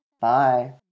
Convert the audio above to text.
Bye